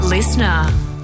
Listener